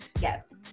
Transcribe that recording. Yes